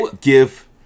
Give